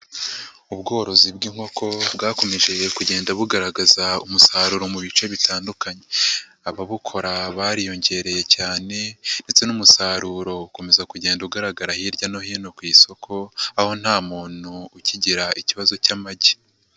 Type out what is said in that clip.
Ubworozi bw'inkoko bwakomeje kugenda bugaragaza umusaruro mu bice bitandukanye, ababukora bariyongereye cyane, ndetse n'umusaruro ukomeza kugenda ugaragara hirya no hino ku isoko, aho nta muntu ukigira ikibazo cy'amagi.